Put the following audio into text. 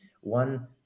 one